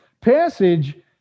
passage